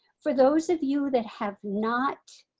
for those of you that have not